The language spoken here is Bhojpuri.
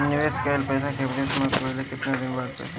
निवेश कइल पइसा के अवधि समाप्त भइले के केतना दिन बाद पइसा मिली?